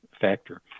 factor